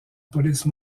police